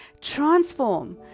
transform